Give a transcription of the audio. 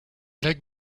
lac